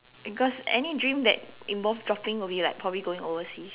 because any dream that involve dropping will be like probably going overseas